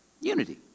Unity